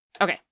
Okay